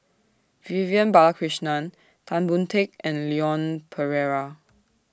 Vivian Balakrishnan Tan Boon Teik and Leon Perera